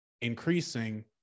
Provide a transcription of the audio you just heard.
increasing